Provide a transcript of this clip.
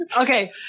Okay